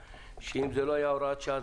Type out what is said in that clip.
שאם זה לא היה הוראת שעה,